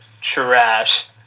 trash